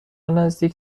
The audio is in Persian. نزدیک